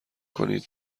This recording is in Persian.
کنید